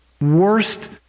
worst